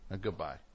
goodbye